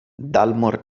dalmor